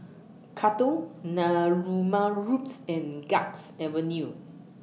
Katong Narooma Roads and Guards Avenue